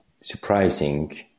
surprising